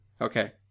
Okay